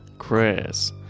Chris